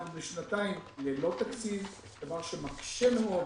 אנחנו בשנתיים ללא תקציב, דבר שמקשה מאוד